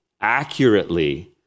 accurately